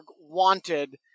wanted